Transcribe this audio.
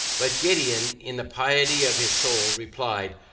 but gideon in the piety of his soul replied,